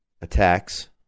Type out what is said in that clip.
attacks